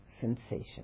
sensation